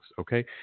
Okay